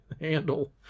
handle